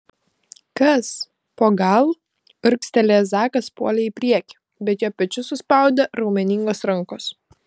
kas po gal urgztelėjęs zakas puolė į priekį bet jo pečius suspaudė raumeningos rankos